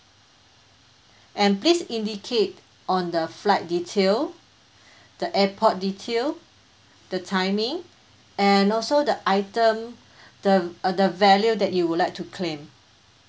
and please indicate on the flight detail the airport detail the timing and also the item the uh the value that you would like to claim